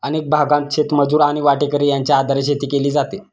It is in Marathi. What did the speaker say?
अनेक भागांत शेतमजूर आणि वाटेकरी यांच्या आधारे शेती केली जाते